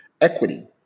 equity